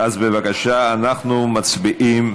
בבקשה, אנחנו מצביעים